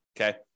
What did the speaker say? Okay